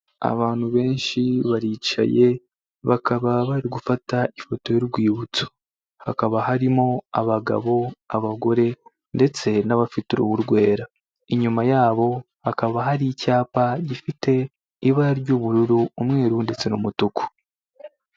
Abantu benshi baricaye, bakaba bari gufata ifoto y'urwibutso, hakaba harimo abagabo, abagore ndetse n'abafite uruhu rwera, inyuma yabo hakaba hari icyapa gifite ibara ry'ubururu, umweru ndetse n'umutuku.